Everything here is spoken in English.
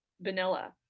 vanilla